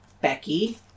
Becky